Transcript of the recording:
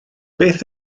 beth